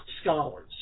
scholars